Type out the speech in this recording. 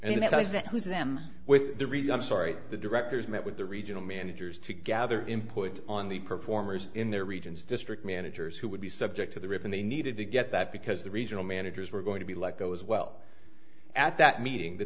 has them with the read i'm sorry the directors met with the regional managers to gather input on the performers in their regions district managers who would be subject to the ribbon they needed to get that because the regional managers were going to be let go as well at that meeting the